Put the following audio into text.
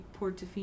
Portofino